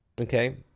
okay